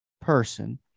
person